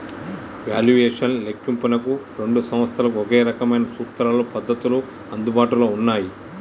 valuation లెక్కింపునకు రెండు సంస్థలకు ఒకే రకమైన సూత్రాలు, పద్ధతులు అందుబాటులో ఉన్నయ్యి